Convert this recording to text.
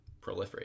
proliferate